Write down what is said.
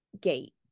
gate